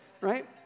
right